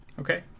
Okay